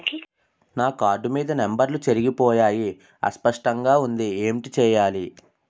నా కార్డ్ మీద నంబర్లు చెరిగిపోయాయి అస్పష్టంగా వుంది ఏంటి చేయాలి?